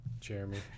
Jeremy